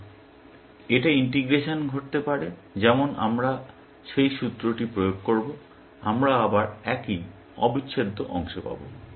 ছাত্র এটা ইন্টিগ্রেশন ঘটতে পারেযেমন যখন আমরা সেই সূত্রটি প্রয়োগ করব আমরা আবার একই অবিচ্ছেদ্য অংশ পাব